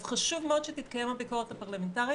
אז חשוב מאוד שתתקיים הביקורת הפרלמנטרית,